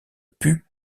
pus